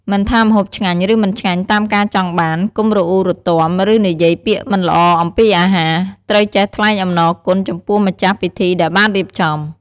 មិនថាម្ហូបឆ្ងាញ់ ឬមិនឆ្ងាញ់តាមការចង់បាន កុំរអ៊ូរទាំ ឬនិយាយពាក្យមិនល្អអំពីអាហារ ត្រូវចេះថ្លែងអំណរគុណចំពោះម្ចាស់ពិធីដែលបានរៀបចំ។